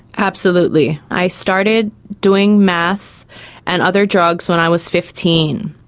absolutely. i started doing meth and other drugs when i was fifteen.